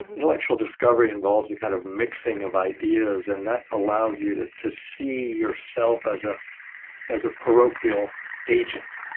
intellectual discovery involves a kind of mixing of ideas, and that allows you to to see yourself as ah as a parochial agent.